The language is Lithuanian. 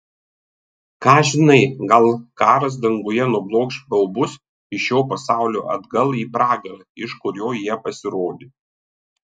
ką žinai gal karas danguje nublokš baubus iš šio pasaulio atgal į pragarą iš kurio jie pasirodė